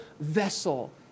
vessel